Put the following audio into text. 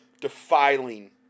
defiling